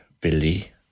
Billy